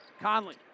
Conley